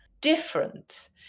different